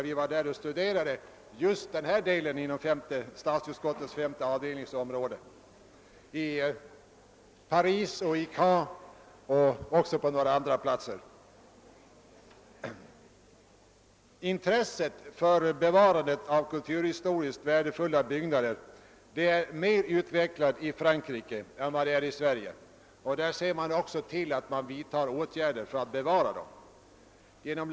Vi studerade då denna del av avdelningens arbetsområde i Paris, i Caen och på några andra platser. Intresset för bevarandet av kulturhistoriskt värdefulla byggnader är mer utvecklat i Frankrike än i Sverige. I Frankrike vidtar man också åtgärder för att bevara sådana byggnader.